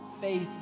faith